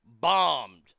Bombed